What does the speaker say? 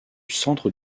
centre